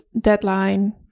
deadline